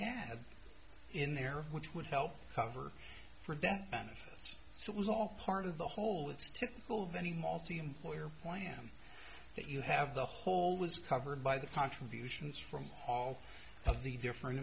have in there which would help cover for death benefits so it was all part of the whole it's typical of any malty employer plan that you have the whole was covered by the contributions from all of the different